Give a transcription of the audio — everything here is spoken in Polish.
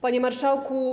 Panie Marszałku!